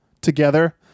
together